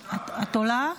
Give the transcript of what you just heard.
עולה?